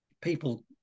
people